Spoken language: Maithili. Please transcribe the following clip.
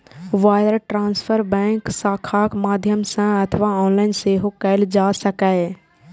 वायर ट्रांसफर बैंक शाखाक माध्यम सं अथवा ऑनलाइन सेहो कैल जा सकैए